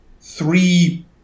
three